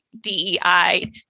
DEI